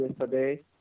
yesterday